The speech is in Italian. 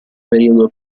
periodo